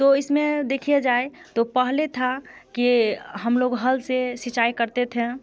तो इसमें देख लिया जाए तो पहले था के हम लोग हल से सिंचाई करते थे